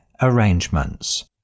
arrangements